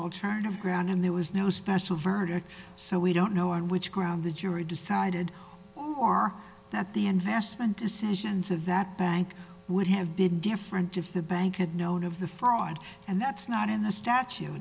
alternative ground and there was no special verdict so we don't know which ground the jury decided are that the investment decisions of that bank would have been different if the bank had known of the fraud and that's not in the statu